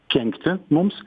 kenkti mums